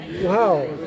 Wow